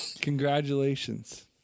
Congratulations